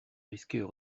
risquaient